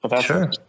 Sure